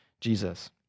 Jesus